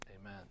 Amen